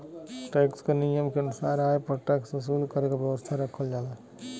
tax क नियम के अनुसार आय पर टैक्स वसूल करे क व्यवस्था रखल जाला